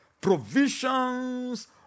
Provisions